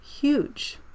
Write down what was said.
Huge